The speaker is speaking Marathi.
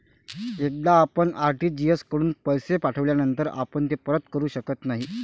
एकदा आपण आर.टी.जी.एस कडून पैसे पाठविल्यानंतर आपण ते परत करू शकत नाही